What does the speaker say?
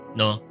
no